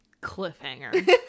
Cliffhanger